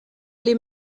les